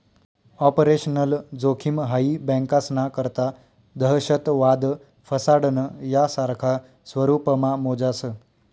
operational जोखिम high बँकास्ना करता दहशतवाद, फसाडणं, यासारखा स्वरुपमा मोजास